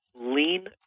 lean